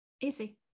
Easy